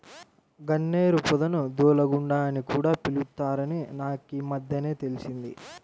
గన్నేరు పొదను దూలగుండా అని కూడా పిలుత్తారని నాకీమద్దెనే తెలిసింది